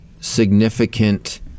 significant